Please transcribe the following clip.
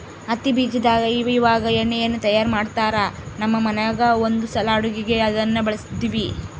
ಹತ್ತಿ ಬೀಜದಾಗ ಇವಇವಾಗ ಎಣ್ಣೆಯನ್ನು ತಯಾರ ಮಾಡ್ತರಾ, ನಮ್ಮ ಮನೆಗ ಒಂದ್ಸಲ ಅಡುಗೆಗೆ ಅದನ್ನ ಬಳಸಿದ್ವಿ